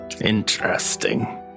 Interesting